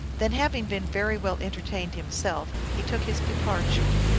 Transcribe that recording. then having been very well entertained himself, he took his departure.